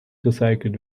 recycelt